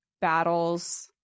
battles